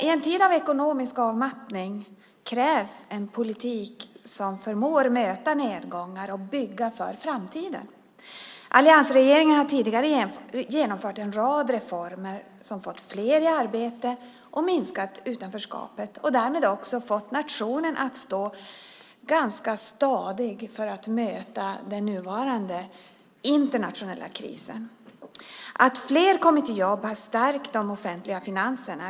I en tid av ekonomisk avmattning krävs en politik som förmår möta nedgångar och bygga för framtiden. Alliansregeringen har tidigare genomfört en rad reformer som fått fler i arbete och minskat utanförskapet och därmed också fått nationen att stå ganska stadig för att möta den nuvarande internationella krisen. Att fler har kommit i arbete har stärkt de offentliga finanserna.